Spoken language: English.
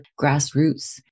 grassroots